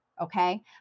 okay